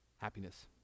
happiness